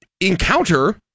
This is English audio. Encounter